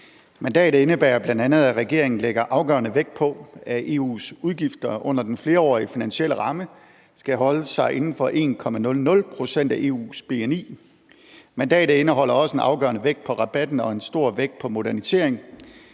Mandatet indebærer jo bl.a., at regeringen lægger afgørende vægt på, at EU's udgifter under den flerårige finansielle ramme skal holde sig inden for 1,00 pct. af EU's bni. Mandatet indeholder også en afgørende vægt på rabatten og en stor vægt på modernisering.